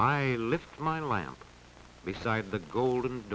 i lift my lamp beside the golden